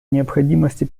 необходимости